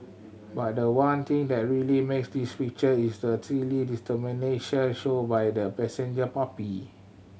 but the one thing that really makes this picture is the steely determination shown by the passenger puppy